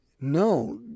no